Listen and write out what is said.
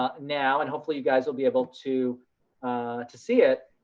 ah now, and hopefully you guys will be able to to see it.